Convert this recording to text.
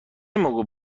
موقع